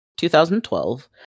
2012